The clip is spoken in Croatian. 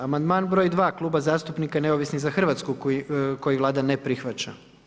Amandman broj 2 Kluba zastupnika Neovisni za Hrvatsku koji Vlada ne prihvaća.